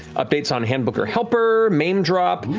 updates on handbooker helper, mame drop,